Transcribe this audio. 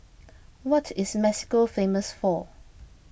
what is Mexico famous for